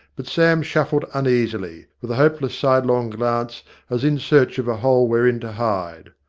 but sam shuffled uneasily, with a hopeless sidelong glance as in search of a hole wherein to hide.